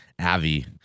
avi